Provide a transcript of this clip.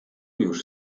już